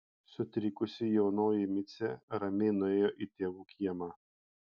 sutrikusi jaunoji micė ramiai nuėjo į tėvų kiemą